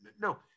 no